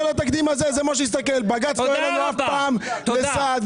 בג"ץ לא היה לסעד.